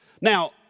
Now